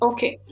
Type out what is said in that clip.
Okay